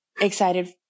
excited